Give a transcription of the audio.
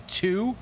two